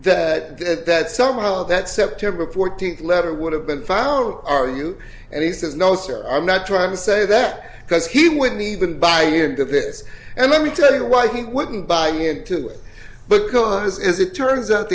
that that that somehow that september fourteenth letter would have been found are you and he says no sir i'm not trying to say that because he wouldn't even buy into this and let me tell you why he wouldn't buy it today because as it turns out